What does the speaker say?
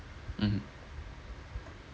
mmhmm